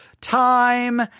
time